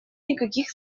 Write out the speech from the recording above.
никаких